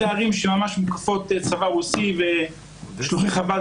אלה ערים שממש מוקפות צבא רוסי ושלוחי חב"ד